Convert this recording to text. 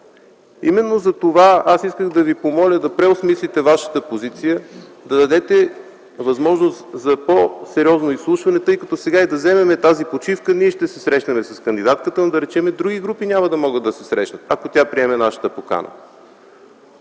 Именно затова аз исках да ви помоля да преосмислите вашата позиция и да дадете възможност за по-сериозно изслушване, тъй като сега и да вземем тази почивка, ние ще се срещнем с кандидатката, ако тя приеме нашата покана, но други групи няма да могат да се срещнат. А както виждате, тук